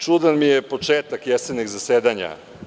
Čudan mi je početak jesenjeg zasedanja.